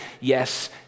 yes